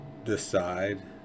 decide